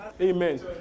Amen